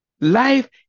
life